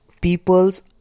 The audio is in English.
peoples